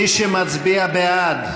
מי שמצביע בעד,